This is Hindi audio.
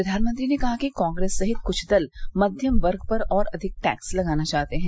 प्रधानमंत्री ने कहा कि कांग्रेस सहित कुछ दल मध्यम वर्ग पर और अधिक टैक्स लगाना चाहते हैं